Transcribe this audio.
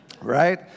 right